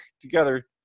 together